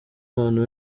abantu